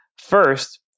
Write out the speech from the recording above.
first